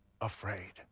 afraid